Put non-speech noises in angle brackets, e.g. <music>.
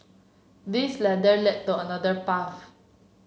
this ladder led to another <unintelligible>